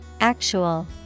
Actual